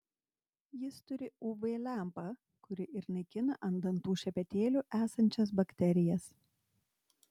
jis turi uv lempą kuri ir naikina ant dantų šepetėlių esančias bakterijas